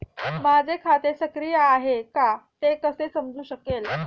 माझे खाते सक्रिय आहे का ते कसे समजू शकेल?